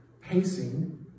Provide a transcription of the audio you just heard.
pacing